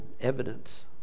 evidence